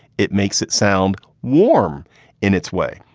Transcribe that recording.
it makes it sound warm in its way,